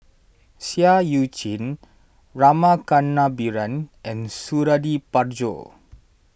Seah Eu Chin Rama Kannabiran and Suradi Parjo